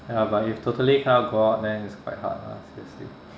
ya but if totally cannot go out then it's quite hard lah seriously